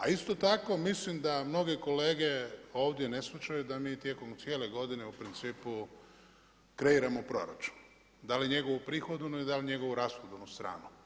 A isto tako mislim da mnoge kolege ovdje ne shvaćaju da mi tijekom cijele godine u principu kreiramo proračun, da li njegovu prihodovnu ili da li njegovu rashodovnu stranu.